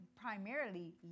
primarily